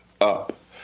up